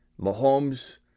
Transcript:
Mahomes